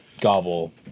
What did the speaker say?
gobble